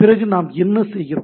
பிறகு நாம் என்ன செய்கிறோம்